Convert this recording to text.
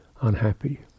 unhappy